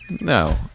No